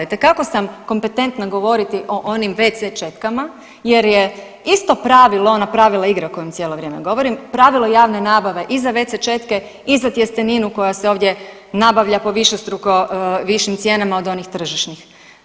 Itekako sam kompetentna govoriti o onim WC četkama jer je isto pravilo napravila igra o kojem cijelo vrijeme govorim, pravilo javne nabave i za WC četke i za tjesteninu koja se ovdje nabavlja po višestruko višim cijenama od onih tržišnih.